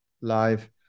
live